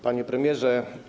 Panie Premierze!